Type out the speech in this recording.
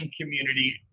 community